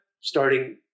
starting